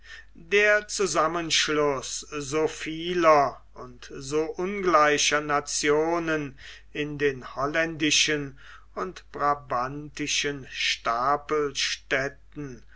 der zusammenfluß so vieler und so ungleicher nationen in den holländischen und brabantischen